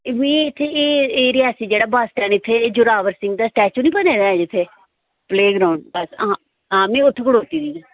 एह् मी इत्थें एह् एह् रियासी जेह्ड़ा बस स्टैंड इत्थें जोरावर सिंह दा स्टैचु नी बने दा ऐ जित्थै प्लेग्राउंड बस हां हां में उत्थैं खडोती दी आं